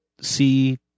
see